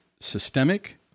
systemic